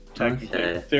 Okay